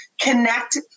connect